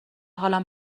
حالم